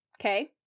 Okay